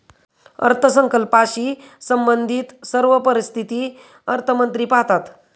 अर्थसंकल्पाशी संबंधित सर्व परिस्थिती अर्थमंत्री पाहतात